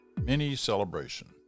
Mini-celebration